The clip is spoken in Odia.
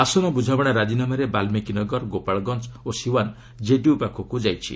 ଆସନ ବୁଝାମଣା ରାଜିନାମାରେ ବାଲ୍ସିକୀ ନଗର ଗୋପାଳଗଞ୍ଜ ଓ ସିଓ୍ୱାନ୍ କେଡିୟୁ ପାଖକୁ ଯାଇଛି